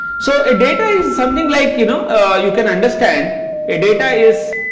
so a data is something like you know ah you can understand a data is